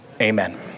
Amen